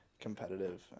competitive